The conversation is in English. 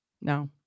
No